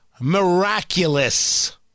miraculous